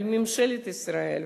אבל ממשלת ישראל,